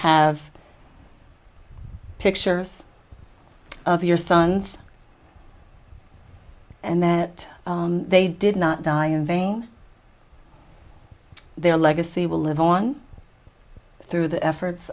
have pictures of your sons and that they did not die in vain their legacy will live on through the efforts